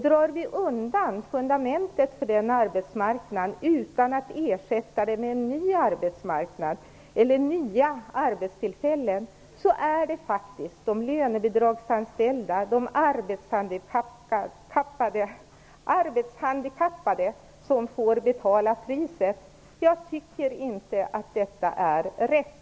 Drar vi undan fundamentet för den arbetsmarknaden utan att ersätta det med en ny arbetsmarknad eller nya arbetstillfällen är det de lönebidragsanställda, de arbetshandikappade som får betala priset. Jag tycker inte att detta är rätt.